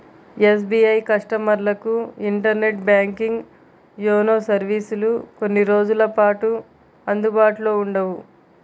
SBI కస్టమర్లకు internet banking, YONO సర్వీసులు కొన్ని రోజుల పాటు అందుబాటులో ఉండవు